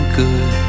good